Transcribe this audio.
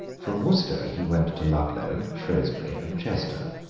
from worcester he went to ludlow, shrewsbury, and chester,